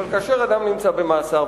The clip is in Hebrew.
אבל כאשר אדם נמצא במאסר,